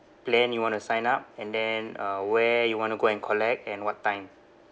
plan you want to sign up and then uh where you want to go and collect and what time